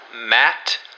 Matt